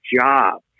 job